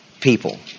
people